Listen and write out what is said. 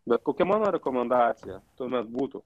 bet kokia mano rekomendacija tuomet būtų